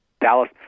Dallas